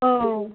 औ